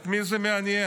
את מי זה מעניין?